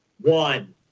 One